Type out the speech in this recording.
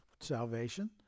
salvation